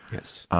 yes.